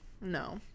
No